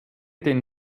den